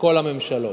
בכל הממשלות,